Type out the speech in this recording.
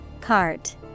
Cart